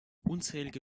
unzählige